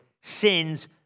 sins